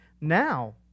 now